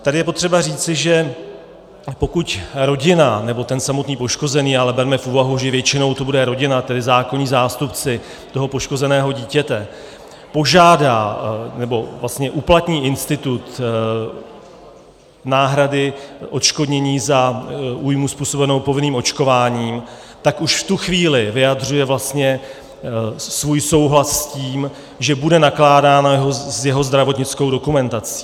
Tady je potřeba říci, že pokud rodina nebo ten samotný poškozený, ale berme v úvahu, že většinou to bude rodina, tedy zákonní zástupci toho poškozeného dítěte, požádá, nebo vlastně uplatní institut náhrady odškodnění za újmu způsobenou povinným očkováním, tak už v tu chvíli vyjadřuje vlastně svůj souhlas s tím, že bude nakládáno s jeho zdravotnickou dokumentací.